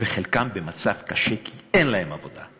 חלקם במצב קשה כי אין להם עבודה.